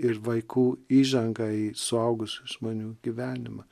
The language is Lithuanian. ir vaikų įžangą į suaugusių žmonių gyvenimą